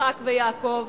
יצחק ויעקב.